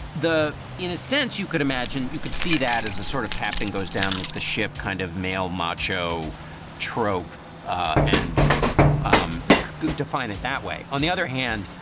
the in a sense, you could imagine you could see that as a sort of captain goes down with the ship, kind of male macho trope ah and um ah define it that way. on the other hand,